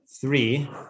three